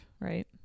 right